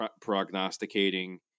prognosticating